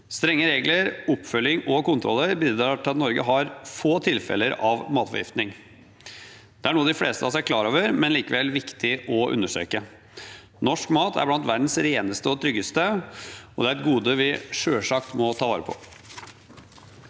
Strenge regler, oppfølging og kontroller bidrar til at Norge har få tilfeller av matforgiftning. Det er noe de fleste av oss er klar over, men det er likevel viktig å understreke. Norsk mat er blant verdens reneste og tryggeste, og det er et gode vi selvsagt må ta vare på.